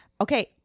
Okay